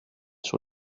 sur